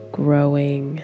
growing